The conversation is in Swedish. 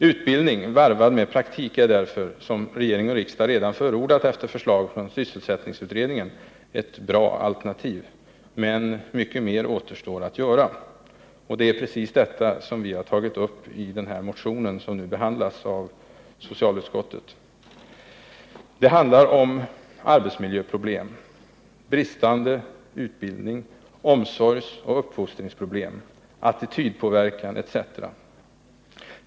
Utbildning varvad med praktik är därför — som regering och riksdag redan förordat efter förslag från sysselsättningsutredningen — ett bra alternativ. Men mycket mer återstår att göra, och det är precis detta som vi tagit upp i vår motion, som nu har behandlats av socialutskottet. Det handlar om arbetsmiljöproblem, bristande utbildning, omsorgsoch uppfostringsproblem, attitydpåverkan etc.